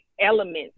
elements